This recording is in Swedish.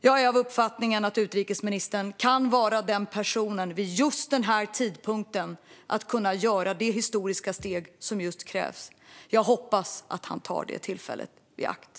Jag är av uppfattningen att utrikesministern kan vara den person som vid just denna tidpunkt tar det historiska steg som krävs. Jag hoppas att han tar detta tillfälle i akt.